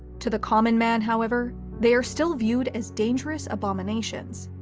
to the common man however, they are still viewed as dangerous abominations.